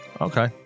Okay